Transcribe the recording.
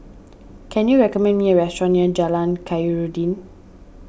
can you recommend me a restaurant near Jalan Khairuddin